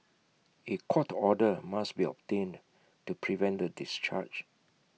A court order must be obtained to prevent the discharge